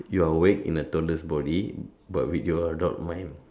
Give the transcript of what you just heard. you're awake in a toddler's body but with your adult mind